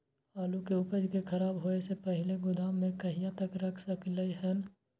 आलु के उपज के खराब होय से पहिले गोदाम में कहिया तक रख सकलिये हन?